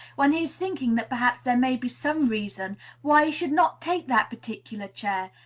when he is thinking that perhaps there may be some reason why should not take that particular chair,